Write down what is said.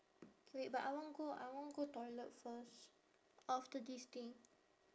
K wait but I want go I want go toilet first after this thing